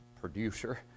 producer